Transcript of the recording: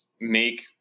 make